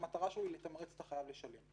שהמטרה שלו היא לתמרץ את החייב לשלם.